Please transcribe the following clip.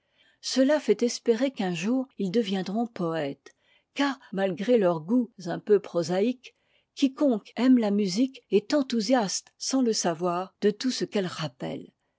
cela fait espérer qu'un jour ils deviendront poëtes car malgré leurs goûts un peu prosaïques quiconque aime la musique est enthousiaste sans le savoir de tout ce qu'elle rappelle